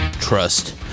trust